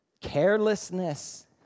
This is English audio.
Carelessness